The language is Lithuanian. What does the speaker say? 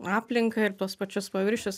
aplinką ir tuos pačius paviršius